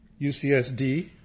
UCSD